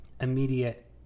immediate